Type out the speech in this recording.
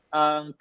ang